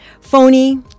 phony